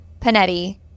Panetti